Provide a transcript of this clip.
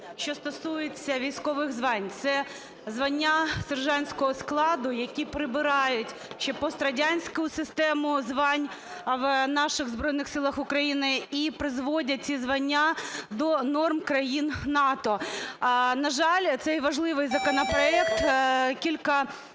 що стосується військових звань. Це звання сержантського складу, які прибирають ще пострадянську систему звань в наших Збройних Силах України і призводять ці звання до норм країн НАТО. На жаль, цей важливий законопроект кілька